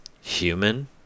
human